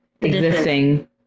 existing